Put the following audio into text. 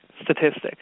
statistic